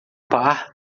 par